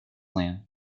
lamb